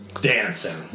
dancing